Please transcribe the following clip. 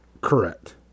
Correct